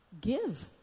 give